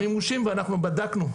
המימושים, ואנחנו בדקנו,